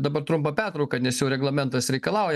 dabar trumpą pertrauką nes jau reglamentas reikalauja